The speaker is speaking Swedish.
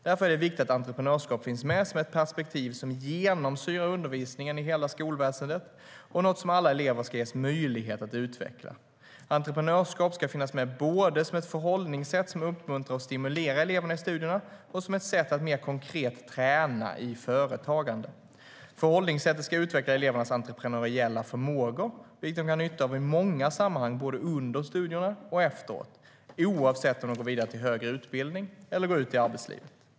Därför är det viktigt att entreprenörskap finns med som ett perspektiv som genomsyrar undervisningen i hela skolväsendet och något som alla elever ska ges möjligheter att utveckla. Entreprenörskap ska finnas med både som ett förhållningssätt som uppmuntrar och stimulerar eleverna i studierna och som ett sätt att mer konkret träna dem i företagande. Förhållningssättet ska utveckla elevernas entreprenöriella förmågor, vilket de kan ha nytta av i många sammanhang både under studierna och efteråt, oavsett om de går vidare till högre utbildning eller går ut i arbetslivet.